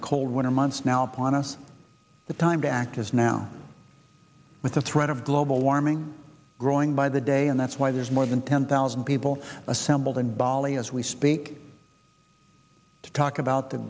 the cold winter months now upon us the time to act is now with the threat of global warming growing by the day and that's why there's more than ten thousand people assembled in bali as we speak to talk about the